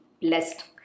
blessed